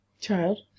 Child